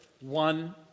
one